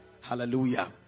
Hallelujah